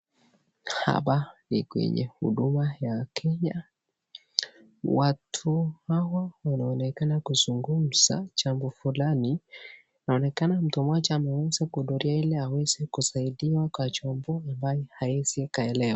Hapa ni kwenye huduma ya kenya, watu hawa wanaonekana kuzungumza jambo fulani inaonekana mtu mmoja ameweza kuhudhuria ili aweze kusaidia kwa jambo ambayo haezi akaelewa.